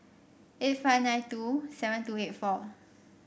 eight five nine two seven two eight four